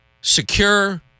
secure